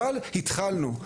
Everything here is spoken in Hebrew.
אבל התחלנו.